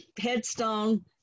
headstone